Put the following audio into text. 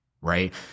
right